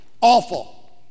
Awful